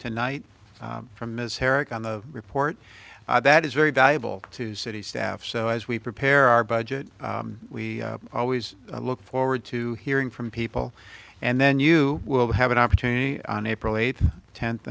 tonight from ms herrick on the report that is very valuable to city staff so as we prepare our budget we always look forward to hearing from people and then you will have an opportunity on april eighth tenth